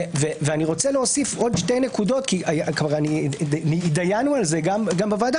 עוד שתי נקודות כי הידיינו על זה גם בוועדה.